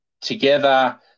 together